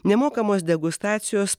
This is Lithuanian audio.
nemokamos degustacijos